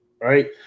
right